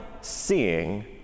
seeing